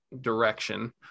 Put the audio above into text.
direction